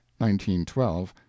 1912